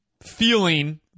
feeling